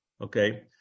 okay